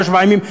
לא שבעה ימים,